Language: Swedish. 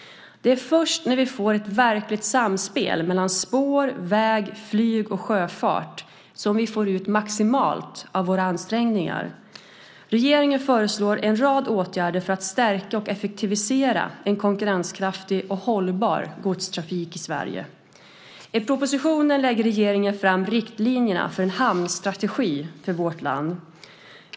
Det är först när vi får ett verkligt samspel mellan spår, väg, flyg och sjöfart som vi får ut maximalt av våra ansträngningar. Regeringen föreslår en rad åtgärder för att stärka och effektivisera en konkurrenskraftig och hållbar godstrafik i Sverige. I propositionen lägger regeringen fram riktlinjerna för en hamnstrategi för vårt land.